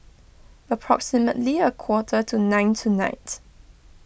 approximately a quarter to nine tonight